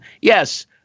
Yes